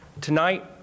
Tonight